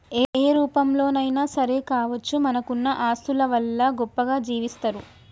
ఏ రూపంలోనైనా సరే కావచ్చు మనకున్న ఆస్తుల వల్ల గొప్పగా జీవిస్తరు